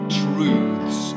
truths